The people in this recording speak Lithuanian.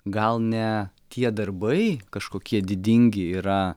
gal ne tie darbai kažkokie didingi yra